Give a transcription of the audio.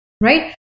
right